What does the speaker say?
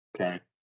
Okay